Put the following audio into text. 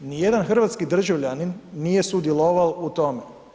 Ni jedan hrvatski državljanin nije sudjelovao u tome.